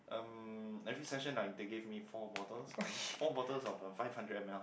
um every session like they gave me four bottles I think four bottles of five hundred M_L